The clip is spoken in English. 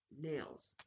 nails